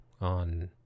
on